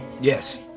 Yes